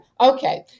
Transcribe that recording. Okay